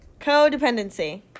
Codependency